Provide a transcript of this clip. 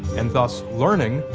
and thus learning,